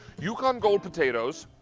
you can gold potatoes,